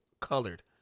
colored